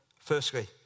Firstly